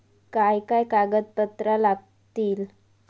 काय काय कागदपत्रा लागतील?